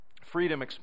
Freedom